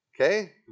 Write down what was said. Okay